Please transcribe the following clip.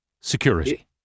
security